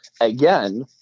Again